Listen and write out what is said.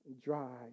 dry